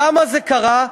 למה זה קרה?